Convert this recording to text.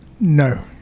No